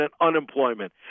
unemployment